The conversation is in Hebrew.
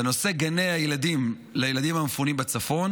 בנושא גני הילדים לילדים המפונים בצפון,